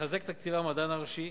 ונחזק את תקציבי המדען הראשי.